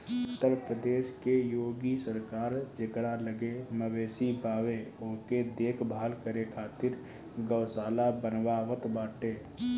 उत्तर प्रदेश के योगी सरकार जेकरा लगे मवेशी बावे ओके देख भाल करे खातिर गौशाला बनवावत बाटे